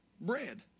bread